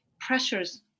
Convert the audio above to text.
pressures